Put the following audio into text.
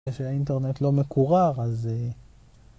כשהאינטרנט לא מקורר אז...